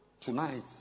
Tonight